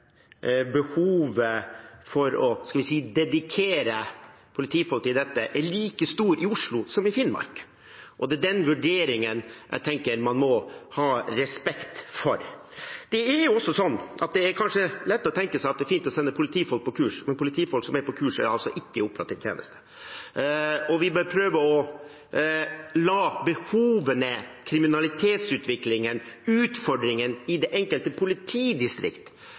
behovet for – skal vi si – å dedikere politifolk til dette er like stort i Oslo som i Finnmark. Det er den vurderingen jeg tenker man må ha respekt for. Det er kanskje lett å tenke seg at det er fint å sende politifolk på kurs, men politifolk som er på kurs, er altså ikke i operativ tjeneste. Vi bør prøve å la behovene, kriminalitetsutviklingen og utfordringen i det enkelte politidistrikt